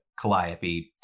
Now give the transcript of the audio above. calliope